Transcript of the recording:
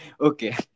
Okay